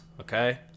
Okay